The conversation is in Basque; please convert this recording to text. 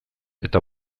eta